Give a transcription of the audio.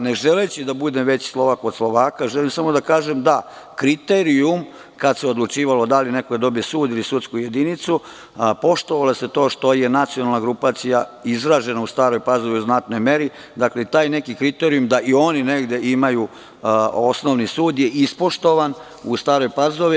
Ne želeći da budem veći Slovak od Slovaka, želim samo da kažem da kriterijum kad se odlučivalo da li neko da dobije sud ili sudsku jedinicu, poštovalo se to što je nacionalna grupacija izražena u Staroj Pazovi u znatnoj meri i taj neki kriterijum da i oni negde imaju osnovni sud je ispoštovan u Staroj Pazovi.